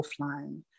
offline